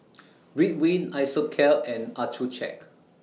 Ridwind Isocal and Accucheck